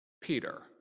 Peter